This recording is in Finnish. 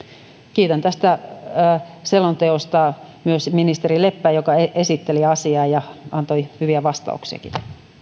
kiitän tästä selonteosta myös ministeri leppää joka esitteli asian ja antoi hyviä vastauksiakin